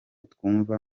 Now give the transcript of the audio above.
twumva